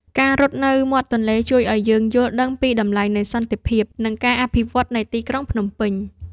ការរត់នៅមាត់ទន្លេជួយឱ្យយើងយល់ដឹងពីតម្លៃនៃសន្តិភាព និងការអភិវឌ្ឍនៃទីក្រុងភ្នំពេញ។